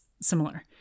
similar